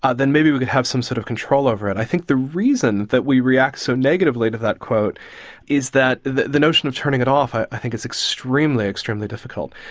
ah then maybe we could have some sort of control over it. i think the reason that we react so negatively to that quote is that the the notion of turning it off i i think is extremely, extremely difficult.